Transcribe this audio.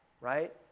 right